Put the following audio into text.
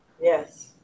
yes